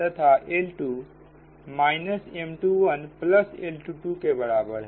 तथा L2 minus M21प्लस L22के बराबर है